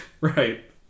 right